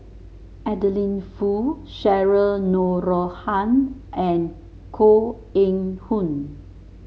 Adeline Foo Cheryl Noronha and Koh Eng Hoon